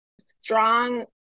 strong